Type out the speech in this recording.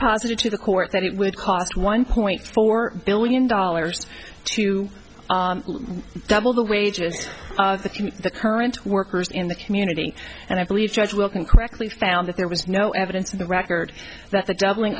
posited to the court that it would cost one point four billion dollars to double the wages of the current workers in the community and i believe judge working correctly found that there was no evidence in the record that the doubling